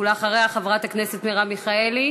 אחריה, חברת הכנסת מרב מיכאלי.